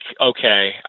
okay